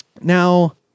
Now